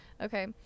okay